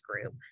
group